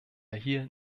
hier